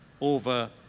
over